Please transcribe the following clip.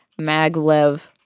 maglev